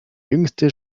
jüngste